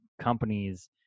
companies